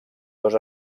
dos